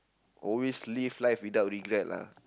always live life without regret lah